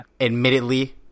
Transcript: admittedly